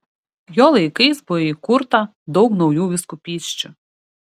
jo laikais buvo įkurta daug naujų vyskupysčių